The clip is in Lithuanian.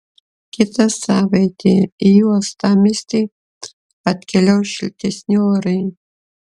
kitą savaitę į uostamiestį atkeliaus šiltesni orai